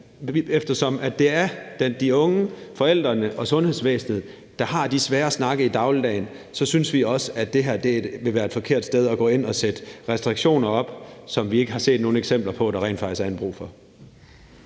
eftersom det er de unge, forældrene og sundhedsvæsenet, der har de svære snakke i dagligdagen, synes vi også, det her ville være et forkert sted at gå ind at sætte restriktioner op, som vi ikke har set nogle eksempler på der rent faktisk er brug for.